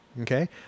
Okay